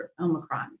Omicron